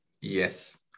Yes